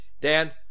Dan